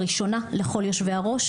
תוכנית,